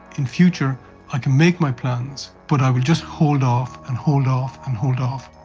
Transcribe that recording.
in future i can make my plans but i will just hold off and hold off and hold off,